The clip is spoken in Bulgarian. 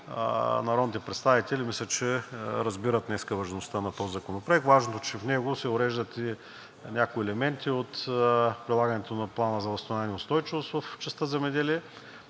народните представители, мисля, че разбират днес важността на този законопроект. Важното е, че в него се уреждат и някои елементи от прилагането на Плана за възстановяване и устойчивост в частта „Земеделие“,